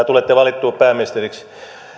tulette valituksi pääministeriksi